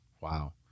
Wow